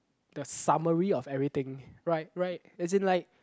the summary of everything right right as in like